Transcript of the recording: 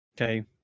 Okay